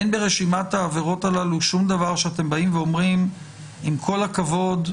אין ברשימת העבירות הללו שום דבר שאתם באים ואומרים שעם כל הכבוד,